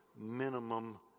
minimum